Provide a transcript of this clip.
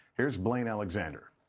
here's blayne alexander.